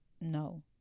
no